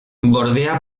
bordea